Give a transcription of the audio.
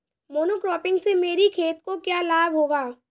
Monocropping से मेरी खेत को क्या लाभ होगा?